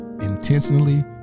intentionally